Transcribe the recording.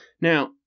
Now